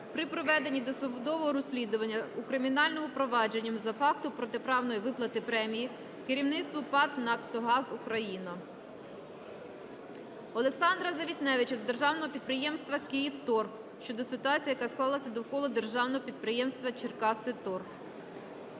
при проведенні досудового розслідування у кримінальному провадженні за фактом протиправної виплати премій керівництву ПАТ "НАК "Нафтогаз України". Олександра Завітневича до Державного підприємства "Київторф" щодо ситуації, яка склалася довкола державного підприємства "Черкаситорф".